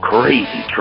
Crazy